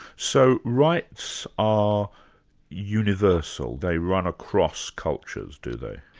so rights are universal, they run across cultures, do they?